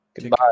Goodbye